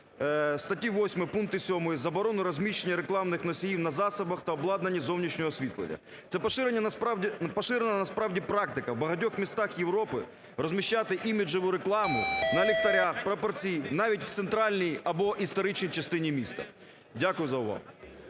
статті 8 пункту 7 "Заборона розміщення рекламних носіїв на засобах та обладнанні зовнішнього освітлення". Це поширена насправді практика в багатьох містах Європи розміщати іміджеву рекламу на ліхтарях, прапорці, навіть в центральній або історичній частині міста. Дякую за увагу.